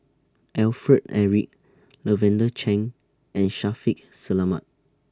Alfred Eric Lavender Chang and Shaffiq Selamat